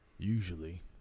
Usually